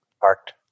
parked